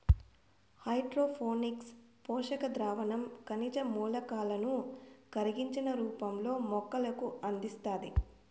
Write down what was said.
hydroponics పోషక ద్రావణం ఖనిజ మూలకాలను కరిగించిన రూపంలో మొక్కలకు అందిస్తాది